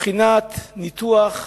מבחינת ניתוח משפטי,